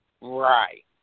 Right